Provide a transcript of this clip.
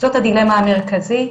זאת הדילמה המרכזית.